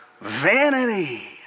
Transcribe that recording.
vanity